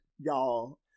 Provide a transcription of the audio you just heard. y'all